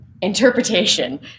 interpretation